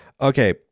okay